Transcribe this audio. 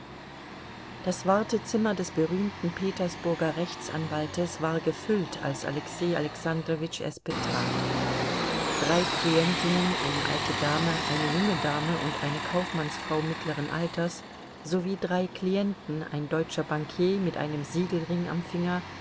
das wartezimmer des berühmten petersburger rechtsanwaltes war gefüllt als alexei alexandrowitsch es betrat drei klientinnen eine alte dame eine junge dame und eine kaufmannsfrau mittleren alters sowie drei klienten ein deutscher bankier mit einem siegelring am finger